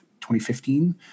2015